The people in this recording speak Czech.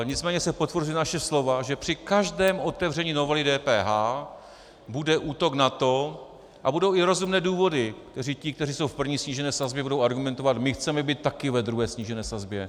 Nicméně se potvrzují naše slova, že při každém otevření novely DPH bude útok na to a budou i rozumné důvody, kterými ti, kteří jsou v první snížené sazbě, budou argumentovat: My chceme být taky ve druhé snížené sazbě.